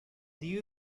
дию